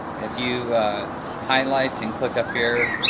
if you highlight and click up here,